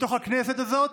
בתוך הכנסת הזאת,